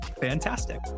fantastic